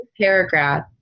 paragraph